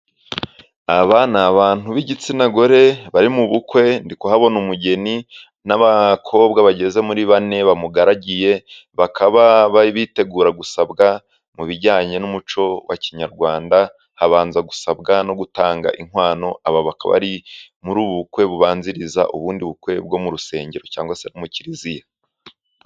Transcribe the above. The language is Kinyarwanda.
Aba ni abantu b'igitsina gore bari mu bukwe, ndi kuhabona umugeni n'abakobwa bageze muri bane bamugaragiye . Bakaba bitegura gusabwa ,mu bijyanye n'umuco wa kinyarwanda . Habanza gusabwa no gutanga inkwano ,aba bakaba bari muri ubu bukwe bubanziriza ubundi bukwe bwo mu rusengero cyangwa se mu kiliziya.